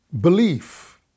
belief